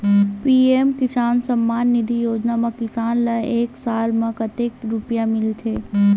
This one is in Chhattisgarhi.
पी.एम किसान सम्मान निधी योजना म किसान ल एक साल म कतेक रुपिया मिलथे?